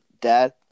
Dad